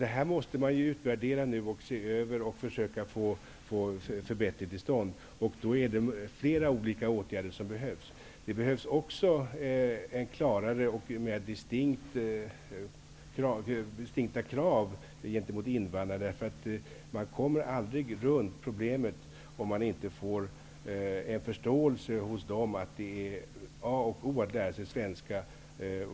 Detta måste man nu utvärdera och försöka att få en förbättring till stånd. Det är då flera åtgärder som behövs. Det behövs klarare och mer distinkta krav gentemot invandrarna. Man kommer aldrig runt problemet om man inte får en förståelse hos dem för att det är a och o att lära sig svenska.